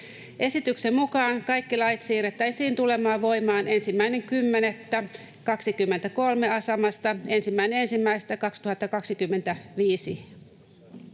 Esityksen mukaan kaikki lait siirrettäisiin tulemaan voimaan 1.10.2023 asemasta 1.1.2025.